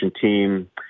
team